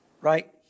Right